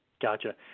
Gotcha